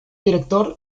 director